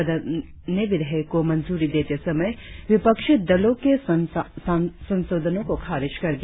सदन ने विधेयक को मंजूरी देते समय विपक्षी दलों के संशोधनों को खारिज कर दिया